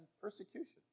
persecution